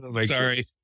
Sorry